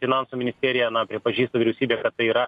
finansų ministerija na pripažįsta vyriausybė kad tai yra